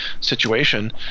situation